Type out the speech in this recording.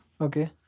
Okay